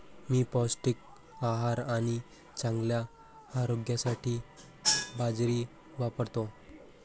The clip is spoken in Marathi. मी पौष्टिक आहार आणि चांगल्या आरोग्यासाठी बाजरी वापरतो